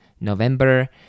November